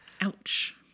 Ouch